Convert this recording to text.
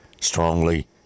strongly